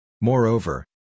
Moreover